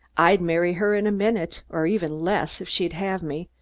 i'd marry her in a minute, or even less, if she would have me,